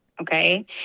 Okay